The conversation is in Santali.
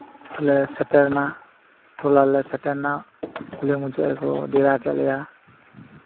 ᱟᱞᱮ ᱞᱮ ᱥᱮᱴᱮᱨ ᱮᱱᱟ ᱴᱚᱞᱟ ᱨᱮᱞᱮ ᱥᱮᱴᱮᱨ ᱮᱱᱟ ᱠᱩᱞᱦᱤ ᱢᱩᱪᱟᱹᱫ ᱨᱮᱠᱚ ᱰᱮᱨᱟ ᱠᱮᱫ ᱞᱮᱭᱟ